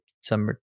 summer